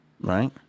Right